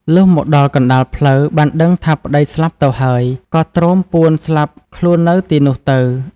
លុះមកដល់កណ្ដាលផ្លូវ បានដឹងថាប្ដីស្លាប់ទៅហើយ ក៏ទ្រោមពួនស្លាប់ខ្លួននៅទីនោះទៅ។